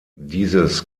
dieses